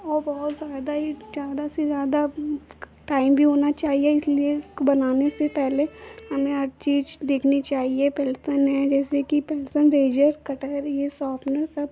और बहुत ज़्यादा ही ज़्यादा से ज़्यादा टाइम भी होना चाहिए इसीलिए बनाने से पहले हमें हर चीज़ देखनी चाहिए पेंसल है जैसे कि पेंसल रेजर कटर यह शोपनर सब